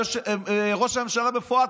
ראש הממשלה בפועל,